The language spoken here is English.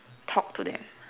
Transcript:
talk to them